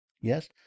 Yes